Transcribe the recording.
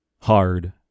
hard